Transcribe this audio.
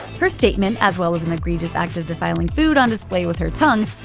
her statement, as well as an egregious act of defiling food on display with her tongue,